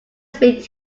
speak